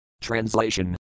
Translation